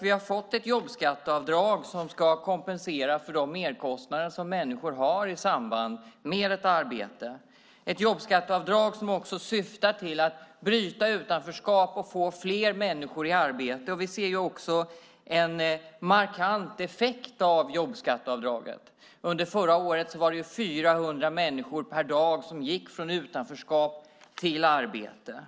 Vi har fått ett jobbskatteavdrag som ska kompensera för de merkostnader som människor har i samband med ett arbete. Det är ett jobbskatteavdrag som också syftar till att bryta utanförskap och få fler människor i arbete. Vi ser också en markant effekt av jobbskatteavdraget. Under förra året var det 400 människor per dag som gick från utanförskap till arbete.